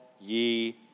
ye